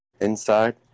inside